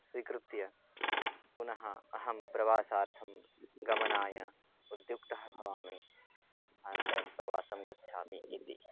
स्वीकृत्य पुनः अहं प्रवासार्थं गमनाय उद्युक्तः भवामि अनन्तरं प्रवासं गच्छामि इति